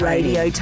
Radio